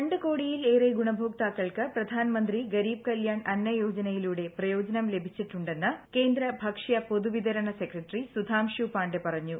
രണ്ട് കോടിയിലേറെ ഗുണഭോക്താക്കൾക്ക് പ്രധാനമന്ത്രി ഗരീബ് കല്യാൺ അന്നയോജനയിലൂടെ പ്രയോജനം ലഭിച്ചിട്ടുണ്ടെന്ന് കേന്ദ്ര ഭക്ഷ്യ പൊതുവിതരണ സെക്രട്ടറി സുധാംശു പാണ്ഡെ പറഞ്ഞു